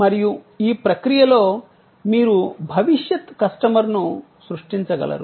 మరియు ఈ ప్రక్రియలో మీరు భవిష్యత్ కస్టమర్ను సృష్టించగలరు